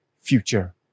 future